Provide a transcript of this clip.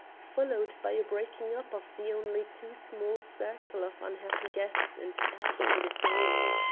followed by a breaking up of the only too small circle of unhappy guests into agitated groups.